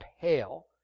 pale